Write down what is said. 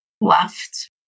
left